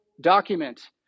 document